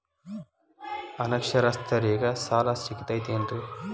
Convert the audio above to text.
ಅನಕ್ಷರಸ್ಥರಿಗ ಸಾಲ ಸಿಗತೈತೇನ್ರಿ?